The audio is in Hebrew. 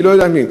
אני לא יודע מי.